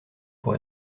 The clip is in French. pour